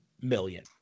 million